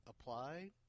apply